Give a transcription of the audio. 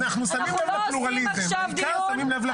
לא, זה לא הדיון פה.